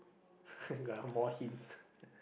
got more hints